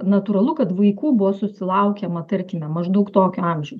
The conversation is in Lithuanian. natūralu kad vaikų buvo susilaukiama tarkime maždaug tokio amžiaus